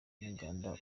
n’inganda